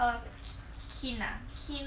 kin ah kin or